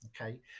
okay